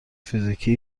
فیزیکی